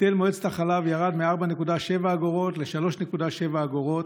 היטל מועצת החלב ירד מ-4.7 אגורות ל-3.7 אגורות,